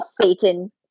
Satan